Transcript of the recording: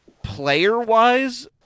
Player-wise